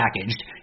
packaged